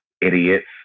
idiots